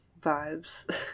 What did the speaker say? vibes